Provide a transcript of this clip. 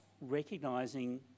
recognising